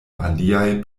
aliaj